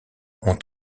ont